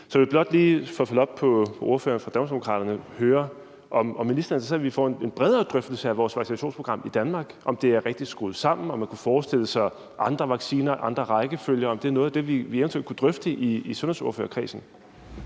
sagde, og høre, om ministeren er interesseret i, at vi får en bredere drøftelse af vores vaccinationsprogram i Danmark og ser på, om det er rigtigt skruet sammen, og om man kunne forestille sig andre vacciner og andre rækkefølger. Er det noget af det, vi eventuelt kunne drøfte i sundhedsordførerkredsen?